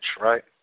right